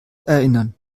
erinnern